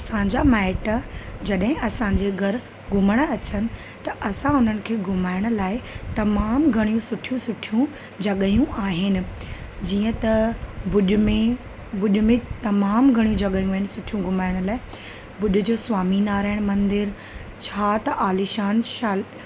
असांजा माइट जॾहिं असांजे घरु घुमणु अचनि त असां उन्हनि खे घुमाइण लाइ तमामु घणियूं सुठियूं सुठियूं जॻहियूं आहिनि जीअं त भुजु में भुज में तमामु घणी जॻहियूं आहिनि सुठियूं घुमाइण लाइ भुॼ जो स्वामी नारायण मंदरु छा त आलीशान शाल